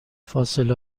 فاصله